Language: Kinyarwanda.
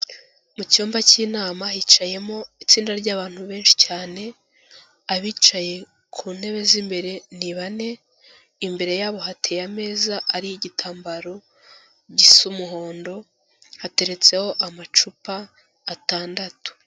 Mu cyumba cy'inama hicayemo itsinda ry'abantu benshi cyane, abicaye ku ntebe z'imbere ni bane, imbere yabo hateye ameza ariho igitambaro gisa umuhondo, hateretseho amacupa atandatu.